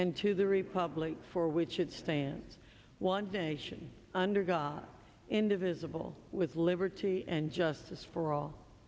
and to the republic for which it stands one nation under god indivisible with liberty and justice for all